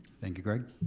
thank you greg.